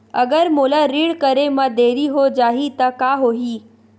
अगर मोला ऋण करे म देरी हो जाहि त का होही?